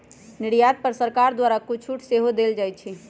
निर्यात पर सरकार द्वारा कुछ छूट सेहो देल जाइ छै